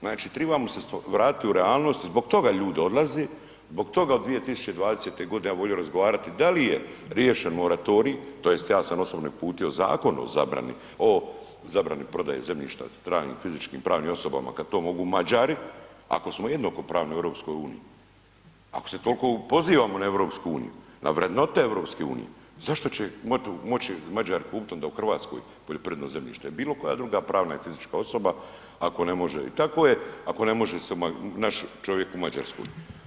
Znači, tribamo se vratiti u realnost i zbog toga ljudi odlaze, zbog toga od 2020. godine ja bi volio razgovarati da li je riješen moratorij, tj. ja sam osobno uputio i zakon o zabrani, o zabrani prodaje zemljišta stranim fizičkim i pravnim osobama, kad to mogu Mađari, ako smo jednakopravni u EU, ako se toliko pozivamo na EU, na vrednote EU, zašto će moći Mađari kupiti onda u Hrvatskoj poljoprivredno zemljište, bilo koja druga pravna ili fizička osoba, ako ne može, i tako je, ako ne može se naš čovjek u Mađarskoj.